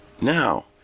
Now